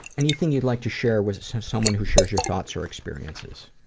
anything you'd like to share with so someone who shares your thoughts or experiences.